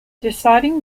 deciding